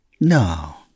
No